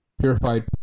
Purified